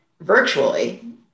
virtually